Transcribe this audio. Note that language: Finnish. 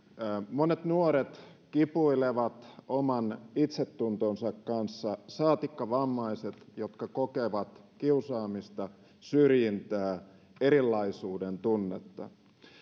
monet nuoret kipuilevat oman itsetuntonsa kanssa saatikka vammaiset jotka kokevat kiusaamista syrjintää erilaisuuden tunnetta